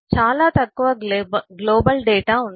చాలా తక్కువ global data ఉంది